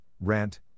rent